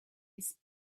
his